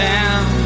Down